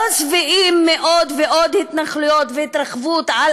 לא שבעים מעוד ועוד התנחלויות והתרחבות על